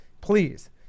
please